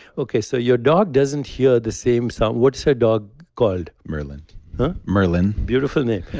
okay, so, your dog doesn't hear the same sound. what's your dog called? merlin merlin beautiful name.